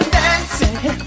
dancing